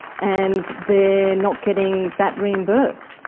and they're not getting that reimbursed.